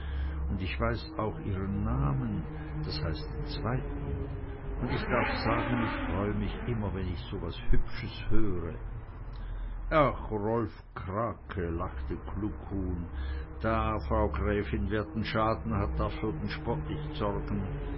und ich weiß auch ihren namen das heißt den zweiten und ich darf sagen ich freue mich immer wenn ich so was hübsches höre ach rolf krake lachte kluckhuhn ja frau gräfin wer den schaden hat darf für den spott nicht sorgen